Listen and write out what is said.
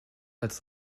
als